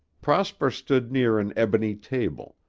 prosper stood near an ebony table,